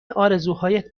آرزوهایت